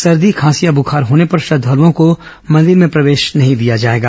सर्दी खांसी या बुखार होने पर श्रद्धालुओं को मंदिर में प्रवेश नहीं करने दिया जाएगा